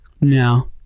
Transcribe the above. no